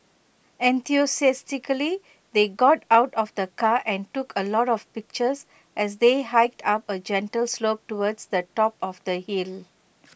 enthusiastically they got out of the car and took A lot of pictures as they hiked up A gentle slope towards the top of the hill